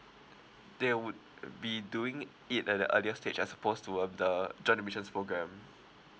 they would be doing it at the earlier stage as opposed to um the joint admissions program